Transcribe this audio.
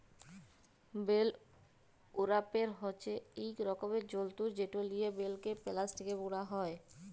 bell wrapper হছে ইক রকমের যল্তর যেট লিয়ে বেলকে পেলাস্টিকে মুড়া হ্যয়